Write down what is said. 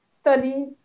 study